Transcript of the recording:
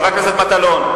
חבר הכנסת מטלון.